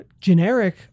generic